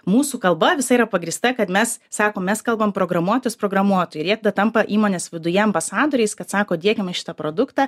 mūsų kalba visa yra pagrįsta kad mes sakom mes kalbam programuotojas programuotojui ir jie tada tampa įmonės viduje ambasadoriais kad sako diekime šitą produktą